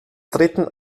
dritten